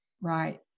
Right